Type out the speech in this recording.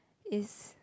is